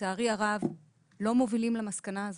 לצערי הרב, לא מובילים למסקנה הזאת.